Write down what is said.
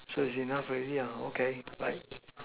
so it's enough already lah okay bye